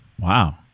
Wow